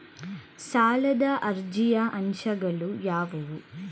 ಸಾಲದ ಅರ್ಜಿಯ ಅಂಶಗಳು ಯಾವುವು?